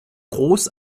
groß